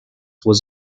was